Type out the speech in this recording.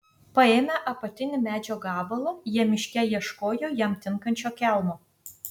paėmę apatinį medžio gabalą jie miške ieškojo jam tinkančio kelmo